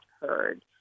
heard